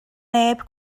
neb